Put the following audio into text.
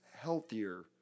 healthier